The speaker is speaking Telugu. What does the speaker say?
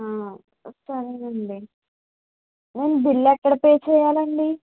సరేనండి నేను బిల్ ఎక్కడ పే చేయాలండి